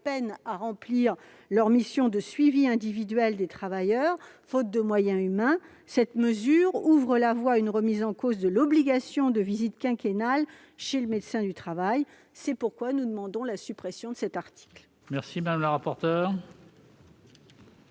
peinent à remplir leur mission de suivi individuel des travailleurs, faute de moyens humains, cette mesure ouvre la voie à une remise en cause de l'obligation de visite quinquennale chez le médecin du travail. C'est pourquoi nous demandons la suppression de cet article. Quel est l'avis de